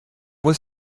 was